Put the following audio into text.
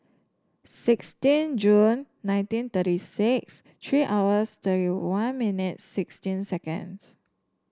sixteen June nineteen thirty six three hours thirty one minutes sixteen seconds